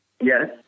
yes